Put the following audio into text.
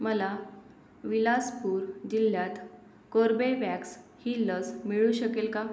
मला विलासपूर जिल्ह्यात कोर्बेवॅक्स ही लस मिळू शकेल का